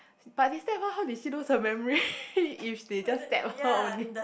but he stab her how did she lose her memory if they just stab her only